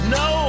no